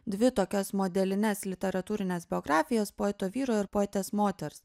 dvi tokias modelines literatūrines biografijas poeto vyro ir poetės moters